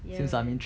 ya man